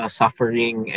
suffering